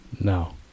no